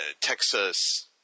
Texas